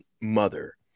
mother